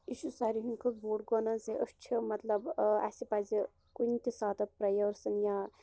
یہِ چھ ساروے ہٕنٛد کھۄتہٕ بوٚڑ گۄناہ زِ أسۍ چھِ مَطلَب اسہِ پَزِ کُنہِ تہِ ساتہٕ پریٚرسَن یا